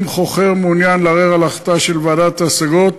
אם חוכר מעוניין לערער על ההחלטה של ועדת ההשגות,